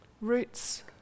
Roots